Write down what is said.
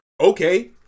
okay